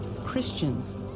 Christians